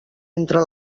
entre